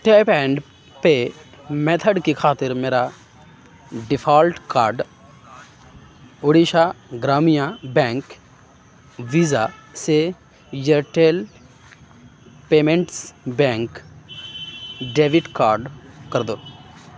tape and pay method کی خاطر میرا default card Odisha Gramya bank visa سے Airtel payments bank debit card کر دو